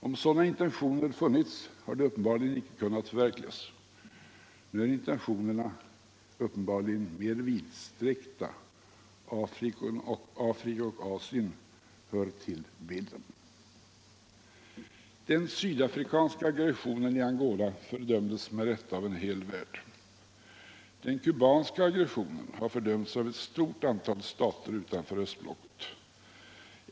Om sådana intentioner funnits har de uppenbarligen inte kunnat förverkligas. Nu är intentionerna tydligen mer vidsträckta. Afrika och Asien hör till bilden. Den sydafrikanska aggressionen i Angola fördömdes med rätta av en hel värld. Den kubanska aggressionen har fördömts av ett stort antal stater utanför östblocket.